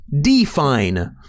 Define